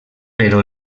però